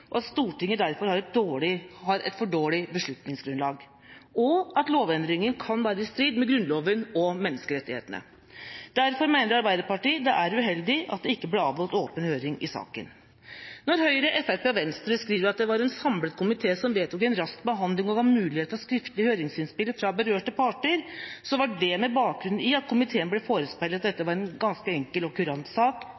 belyst, at Stortinget derfor har et for dårlig beslutningsgrunnlag, og at lovendringen kan være i strid med Grunnloven og menneskerettighetene. Derfor mener Arbeiderpartiet det er uheldig at det ikke ble avholdt åpen høring i saken. Når Høyre, Fremskrittspartiet og Venstre skriver at «det var en samlet komité som selv vedtok en rask behandling av saken og ga mulighet for skriftlige høringsinnspill fra berørte parter», var det med bakgrunn i at komiteen ble forespeilet at dette var en ganske enkel